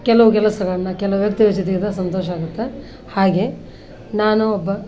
ಕೆಲವು ಕೆಲಸವನ್ನು ಕೆಲವು ವ್ಯಕ್ತಿಯರ ಜೊತೆಗಿದ್ದರೆ ಸಂತೋಷ ಆಗುತ್ತೆ ಹಾಗೇ ನಾನು ಒಬ್ಬ